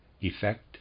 effect